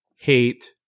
Hate